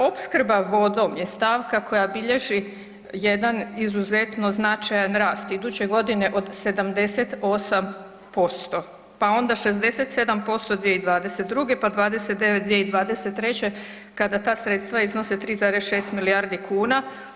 Opskrba vodom je stavka koja bilježi jedan izuzetno značajan rast iduće godine od 78%, pa onda 67% 2022., pa 29% 2023. kada ta sredstva iznose 3,6 milijardi kuna.